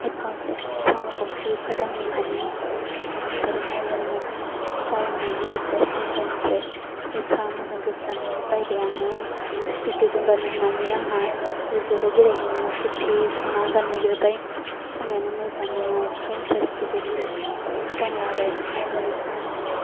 एफा असाइस बिदि सनाखौकि एफा दामनि फानो मोजां नंथारा सनायानो बायनोबो गोसो जायासै आं एबारनिफ्राय एफा मोजां गोसो जानानै बायबाय आङो कुर्टिजों गाननो होननानै आंहा रिज'र्ट आव बेरायहैनायाव कुर्टि सना गाननो नागिरबाय सनायानो मोजां नोङा एफा असाइस बेबायदि एफा दाम लाबाय बेखौनो सनाखौनो